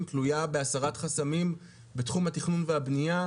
תלויה בהסרת חסמים בתחום התכנון והבנייה,